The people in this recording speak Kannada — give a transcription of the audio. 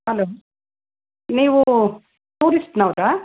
ಹಲೋ ನೀವೂ ಟೂರಿಸ್ಟ್ನವ್ರಾ